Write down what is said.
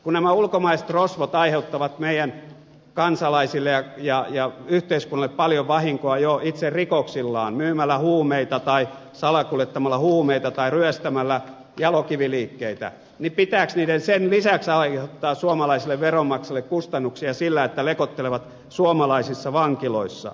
kun nämä ulkomaiset rosvot aiheuttavat meidän kansalaisillemme ja yhteiskunnallemme paljon vahinkoa jo itse rikoksillaan myymällä huumeita tai salakuljettamalla huumeita tai ryöstämällä jalokiviliikkeitä niin pitääkö heidän sen lisäksi aiheuttaa suomalaisille veronmaksajille kustannuksia sillä että lekottelevat suomalaisissa vankiloissa